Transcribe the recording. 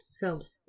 films